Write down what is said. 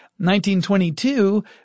1922